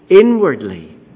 inwardly